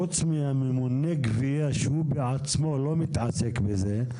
חוץ מממונה הגבייה שהוא בעצמו לא מתעסק בזה,